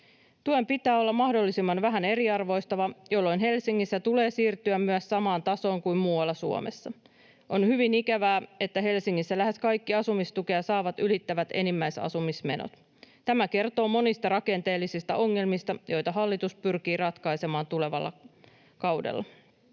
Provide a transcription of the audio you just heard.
Tuen pitää olla mahdollisimman vähän eriarvoistava, jolloin myös Helsingissä tulee siirtyä samaan tasoon kuin muualla Suomessa. On hyvin ikävää, että Helsingissä lähes kaikki asumistukea saavat ylittävät enimmäisasumismenot. Tämä kertoo monista rakenteellisista ongelmista, joita hallitus pyrkii ratkaisemaan tulevalla kaudella.